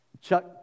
Chuck